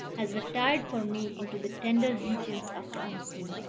has retired for me into the tender regions of the unseen.